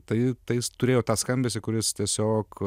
tai tai jis turėjo tą skambesį kuris tiesiog